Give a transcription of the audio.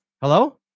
Hello